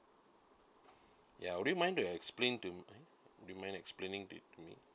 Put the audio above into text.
ya would you mind the explain to me would you mind to explain it to me